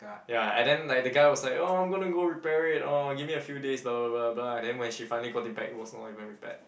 ya and then like that guy was like oh I'm gonna go repair it oh give me a few days blah blah blah blah and then when she finally got it back it was not even repaired